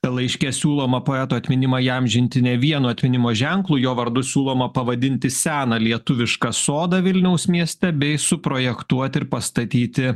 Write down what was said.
laiške siūloma poeto atminimą įamžinti ne vieno atminimo ženklu jo vardu siūloma pavadinti seną lietuvišką sodą vilniaus mieste bei suprojektuoti ir pastatyti